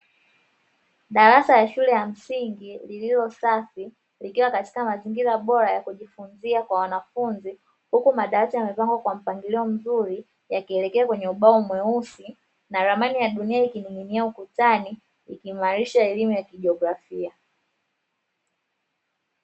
Darasa la shule ya msingi lililosafi likiwa katika mazingira bora ya kujifunzia kwa wanafunzi, huku madawati yamepangwa kwa mpangilio mzuri yakielekea kwenye ubao mweusi, na ramani ya dunia ikining'inia ukutani ikiimarisha elimu ya kijiografia.